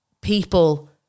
people